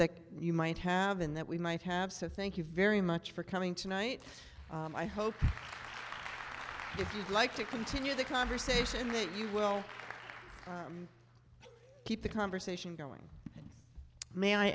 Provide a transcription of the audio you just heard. that you might have in that we might have said thank you very much for coming tonight i hope you like to continue the conversation if you will keep the conversation going may i